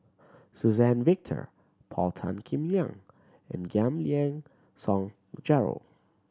Suzann Victor Paul Tan Kim Liang and Giam Yean Song Gerald